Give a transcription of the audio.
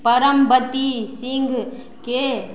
Paramvati सिंहकेँ